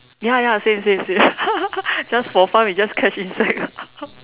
ya ya same same same just for fun we just catch insect